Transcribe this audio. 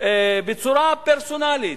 בצורה פרסונלית,